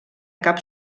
cap